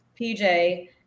PJ